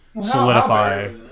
solidify